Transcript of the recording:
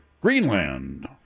Greenland